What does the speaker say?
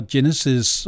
Genesis